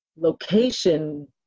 location